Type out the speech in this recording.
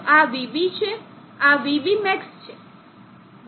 તો આ vB છે આ vBmax છે vmax છે